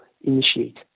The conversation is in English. initiate